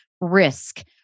risk